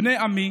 בני עמי